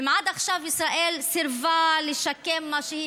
אם עד עכשיו ישראל סירבה לשקם מה שהיא